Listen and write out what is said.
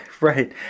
right